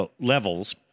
levels